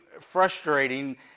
frustrating